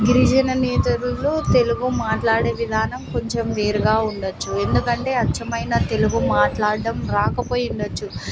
గిరిజన నేతరులో తెలుగు మాట్లాడే విధానం కొంచెం వేరుగా ఉండచ్చు ఎందుకంటే అచ్చమైన తెలుగు మాట్లాడడం రాకపోయి ఇండచ్చు